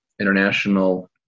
international